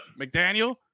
McDaniel